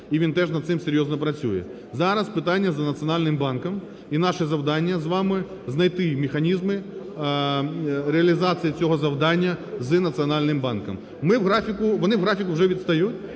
і він теж над цим серйозно працює. Зараз питання за Національним банком, і наше завдання з вами знайти механізми реалізації цього завдання з Національним банком. Вони у графіку вже відстають,